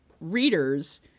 readers